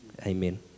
Amen